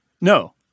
No